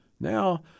Now